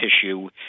tissue